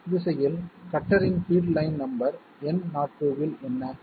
X திசையில் கட்டரின் feed line number N02 இல் என்ன